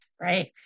right